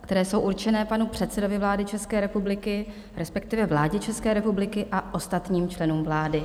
které jsou určené panu předsedovi vlády České republiky, respektive vládě České republiky a ostatním členům vlády.